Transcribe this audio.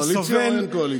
יש קואליציה או אין קואליציה?